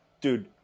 Dude